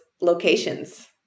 locations